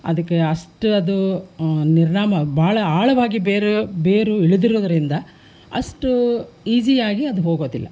ಅದಕ್ಕೆ ಅಷ್ಟು ಅದು ನಿರ್ನಾಮ ಭಾಳ ಆಳವಾಗಿ ಬೇರು ಬೇರು ಇಳಿದಿರೋದ್ರಿಂದ ಅಷ್ಟು ಈಸಿ ಆಗಿ ಅದು ಹೋಗೋದಿಲ್ಲ